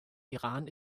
iran